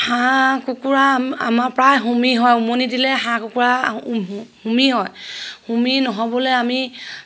হাঁহ কুকুৰা আম্ আমাৰ প্ৰায় হুমি হয় উমনি দিলে হাঁহ কুকুৰা হুমি হয় হুমি নহ'বলৈ আমি